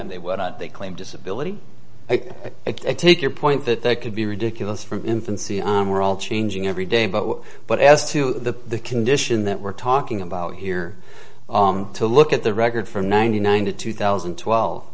they what they claim disability it take your point that they could be ridiculous from infancy on we're all changing every day about what but as to the condition that we're talking about here to look at the record from ninety nine to two thousand and twelve